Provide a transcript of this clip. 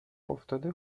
افتاده